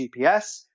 GPS